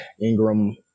Ingram